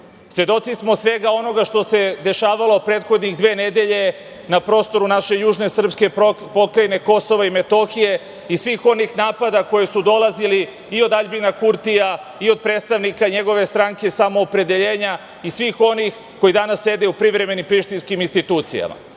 Kosova. Svedoci smo svega onoga što se dešavalo prethodne dve nedelje na prostoru naše južne srpske pokrajine Kosova i Metohije i svih onih napada koji su dolazi i od Aljbina Kurtija i od predstavnika njegove stranke "Samoopredeljenje" i svih onih koji danas sede u privremenim prištinskim institucijama.